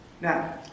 Now